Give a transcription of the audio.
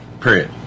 Period